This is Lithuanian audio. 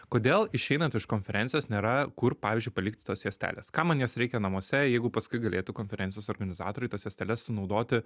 kodėl išeinant iš konferencijos nėra kur pavyzdžiui palikti tos juostelės kam man jos reikia namuose jeigu paskui galėtų konferencijos organizatoriai tos juosteles sunaudoti